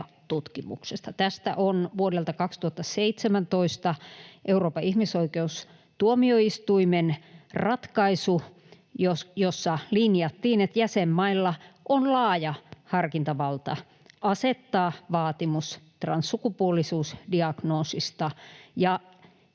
Tästä on vuodelta 2017 Euroopan ihmisoikeustuomioistuimen ratkaisu, jossa linjattiin, että jäsenmailla on laaja harkintavalta asettaa vaatimus transsukupuolisuusdiagnoosista